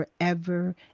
forever